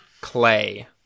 clay